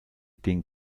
den